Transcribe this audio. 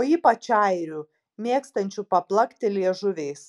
o ypač airių mėgstančių paplakti liežuviais